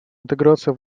интеграция